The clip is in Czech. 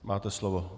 Máte slovo.